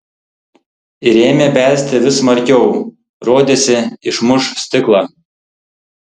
ir ėmė belsti vis smarkiau rodėsi išmuš stiklą